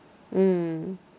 mm